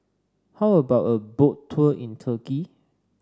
how about a Boat Tour in Turkey